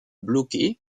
bloqués